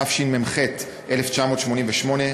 התשמ"ח 1988,